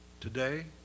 today